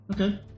Okay